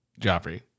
Joffrey